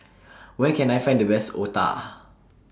Where Can I Find The Best Otah